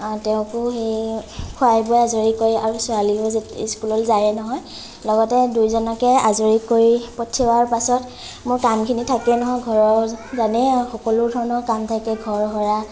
তেওঁকো সেই খুৱাই বুৱাই আজৰি কৰি আৰু ছোৱালীও যেতিয়া স্কুললৈ যায়ে নহয় লগতে দুয়োজনকৈ আজৰি কৰি পঠিওৱাৰ পাছত মোৰ কামখিনি থাকেয়ে নহয় ঘৰৰ জানেয়ে আৰু সকলো ধৰণৰ কাম থাকে ঘৰ সৰা